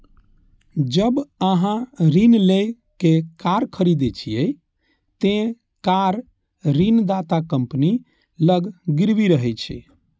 जब अहां ऋण लए कए कार खरीदै छियै, ते कार ऋणदाता कंपनी लग गिरवी रहै छै